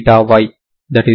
2u